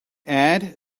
add